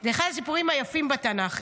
זה אחד הסיפורים היפים בתנ"ך.